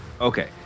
Okay